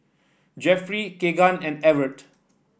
Jeffry Kegan and Evert